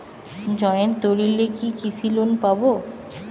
Joint দলিলে কি কৃষি লোন পাব?